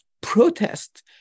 protest